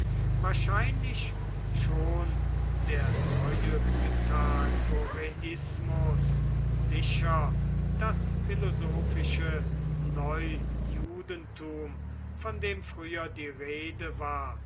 wahrscheinlich schon der neue pythagoreismus sicher das philosophische neujudentum von dem früher die rede war